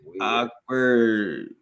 awkward